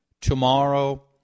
tomorrow